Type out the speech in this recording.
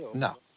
no.